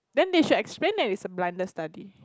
then they should explain that it's a blinded study